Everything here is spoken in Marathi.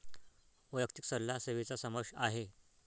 वैयक्तिक सल्ला सेवेचा समावेश आहे